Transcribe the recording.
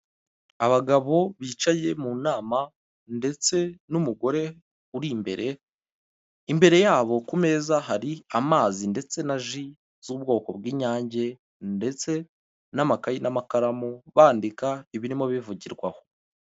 Abagabo bicaye mu nama ndetse n'umugore uri imbere, imbere yabo ku meza hari amazi ndetse na ji z'ubwoko bw'inyange, ndetse n'amakayi n'amakaramu bandika ibirimo bivugirwaho.